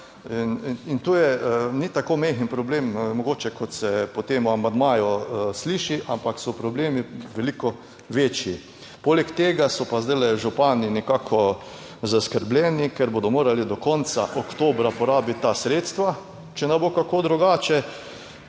In ni tako majhen problem mogoče kot se po tem amandmaju sliši, ampak so problemi veliko večji. Poleg tega so pa zdaj župani nekako zaskrbljeni, ker bodo morali do konca oktobra porabiti ta sredstva, če ne bo kako drugače